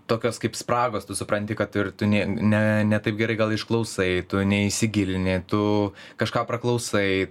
tokios kaip spragos tu supranti kad ir tu ne ne taip gerai gal išklausai tu neįsigilini tu kažką praklausai